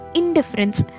indifference